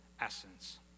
essence